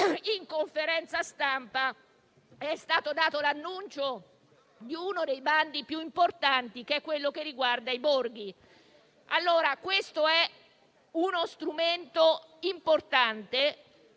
in conferenza stampa è stato dato l'annuncio di uno dei bandi più importanti, quello che riguarda i borghi. Si tratta dunque di uno strumento importante